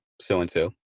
so-and-so